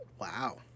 Wow